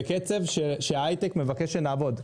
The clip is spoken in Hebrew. בקצב שהיי-טק מבקש שנעבוד.